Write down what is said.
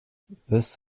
this